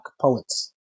poets